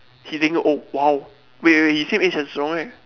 he taking oh !wow! wait wait wait he same age as Zhi-Rong right